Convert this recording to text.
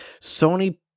Sony